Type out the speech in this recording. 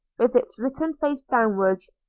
with its written face downwards,